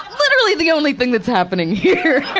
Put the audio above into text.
literally the only thing that's happening here.